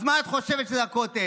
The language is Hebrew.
אז מה את חושבת שזה הכותל?